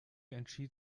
entschied